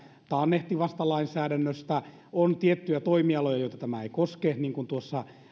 taannehtivasta lainsäädännöstä on tiettyjä toimialoja joita tämä ei koske niin kuin tuossa